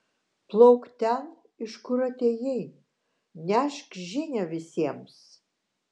plauk ten iš kur atėjai nešk žinią visiems